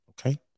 okay